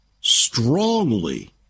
strongly